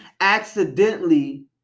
accidentally